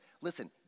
Listen